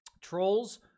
Trolls